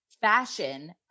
fashion